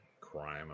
crime